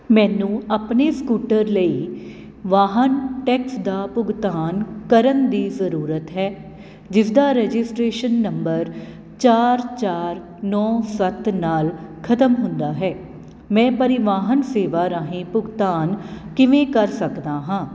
ਮੈਨੂੰ ਆਪਣੇ ਸਕੂਟਰ ਲਈ ਵਾਹਨ ਟੈਕਸ ਦਾ ਭੁਗਤਾਨ ਕਰਨ ਦੀ ਜ਼ਰੂਰਤ ਹੈ ਜਿਸ ਦਾ ਰਜਿਸਟ੍ਰੇਸ਼ਨ ਨੰਬਰ ਚਾਰ ਚਾਰ ਨੌਂ ਸੱਤ ਨਾਲ ਖ਼ਤਮ ਹੁੰਦਾ ਹੈ ਮੈਂ ਪਰਿਵਾਹਨ ਸੇਵਾ ਰਾਹੀਂ ਭੁਗਤਾਨ ਕਿਵੇਂ ਕਰ ਸਕਦਾ ਹਾਂ